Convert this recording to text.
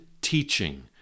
teaching